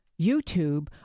YouTube